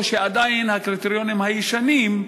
או שעדיין הקריטריונים הישנים,